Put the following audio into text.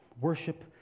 worship